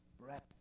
breath